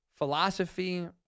philosophy